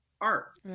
art